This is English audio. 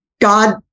god